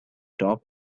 top